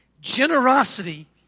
Generosity